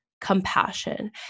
compassion